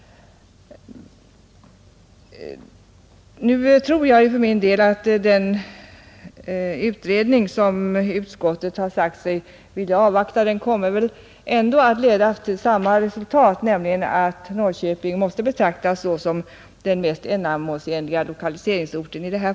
Nu tror jag för min del att den utredning som utskottet har sagt sig vilja avvakta ändå kommer att leda till samma resultat, nämligen att Norrköping måste betraktas såsom den mest ändamålsenliga lokaliseringsorten.